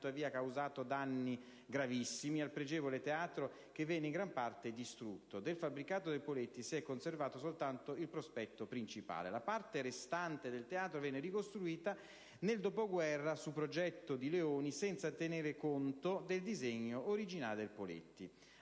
tuttavia causato danni gravissimi al pregevole teatro, che venne in gran parte distrutto; del fabbricato del Poletti si è conservato soltanto il prospetto principale. La parte restante del teatro venne ricostruita nel dopoguerra, su progetto di Leoni, senza tenere conto del disegno originale del Poletti.